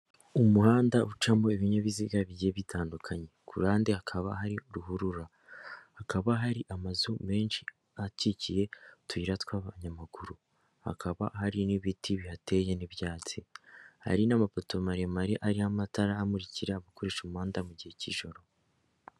Umuhanda ucamo ibinyabiziga bigiye bitandukanye, ku ruhande hakaba hari hurura, hakaba hari amazu menshi akikije utuyira tw'abanyamaguru, hakaba hari n'ibiti bihateye n'ibyatsi, hari n'amapoto maremare ariho amatara amurikira umuhanda mu gihe cy'ijoro.